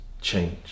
change